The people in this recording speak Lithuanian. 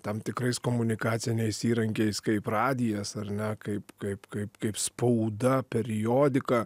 tam tikrais komunikaciniais įrankiais kaip radijas ar ne kaip kaip kaip kaip spauda periodika